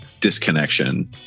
disconnection